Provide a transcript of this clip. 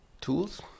tools